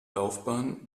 laufbahn